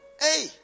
Hey